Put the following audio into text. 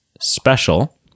special